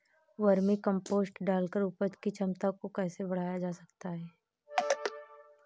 Vermi compost डालकर उपज की क्षमता को कैसे बढ़ाया जा सकता है?